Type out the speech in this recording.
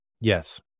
Yes